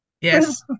Yes